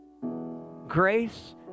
grace